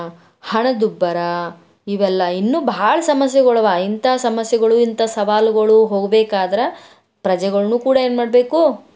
ಹಣದುಬ್ಬರ ಇವೆಲ್ಲ ಇನ್ನೂ ಭಾಳ ಸಮಸ್ಯೆಗಳವ ಇಂಥ ಸಮಸ್ಯೆಗಳು ಇಂಥ ಸವಾಲುಗಳು ಹೋಗಬೇಕಾದ್ರೆ ಪ್ರಜೆಗಳೂ ಕೂಡ ಏನು ಮಾಡಬೇಕು